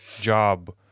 job